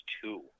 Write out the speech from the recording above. two